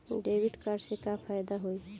Debit card से का फायदा होई?